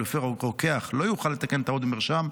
שלפיו רוקח לא יכול לתקן טעות במרשם,